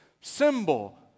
symbol